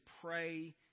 pray